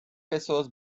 pessoas